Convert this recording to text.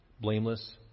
blameless